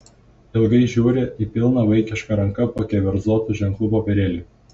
ilgai žiūri į pilną vaikiška ranka pakeverzotų ženklų popierėlį